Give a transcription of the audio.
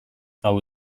hau